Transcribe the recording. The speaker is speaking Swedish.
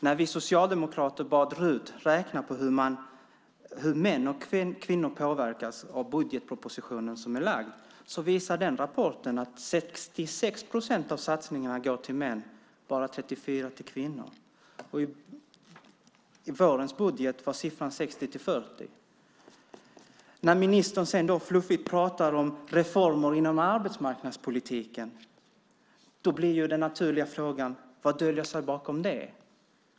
När vi socialdemokrater bad RUT räkna på hur män och kvinnor påverkas av budgetpropositionen som är lagd visade den rapporten att 66 procent av satsningarna går till män och bara 34 procent till kvinnor. I vårens budget var det 60-40. När ministern sedan fluffigt pratar om reformer inom arbetsmarknadspolitiken blir det naturligt att fråga: Vad döljer sig bakom det?